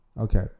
Okay